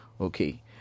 Okay